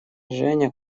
женя